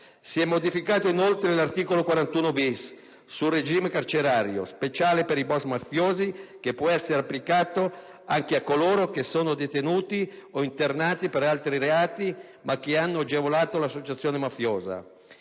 Si è modificato, inoltre, l'articolo 41-*bis* sul regime carcerario speciale per i boss mafiosi, che può essere applicato anche a coloro che sono detenuti o internati per altri reati ma che hanno agevolato l'associazione mafiosa.